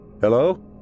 Hello